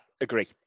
agree